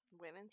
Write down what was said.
women